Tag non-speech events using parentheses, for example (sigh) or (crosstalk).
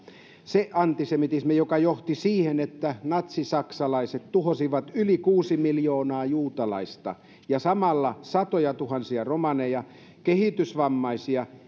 se antisemitismi joka johti siihen että natsisaksalaiset tuhosivat yli kuusi miljoonaa juutalaista ja samalla satojatuhansia romaneja kehitysvammaisia (unintelligible)